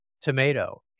tomato